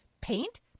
paint